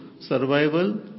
survival